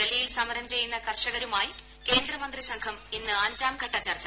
ഡൽഹിയിൽ സമരം ചെയ്യുന്ന് കർഷകരുമായി കേന്ദ്ര മന്ത്രി സംഘം ഇന്ന് അഞ്ചാം ഘട്ട ചർച്ചുൻടത്തും